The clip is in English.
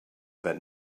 that